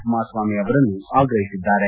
ಕುಮಾರ ಸ್ವಾಮಿ ಅವರನ್ನು ಆಗ್ರಹಿಸಿದ್ದಾರೆ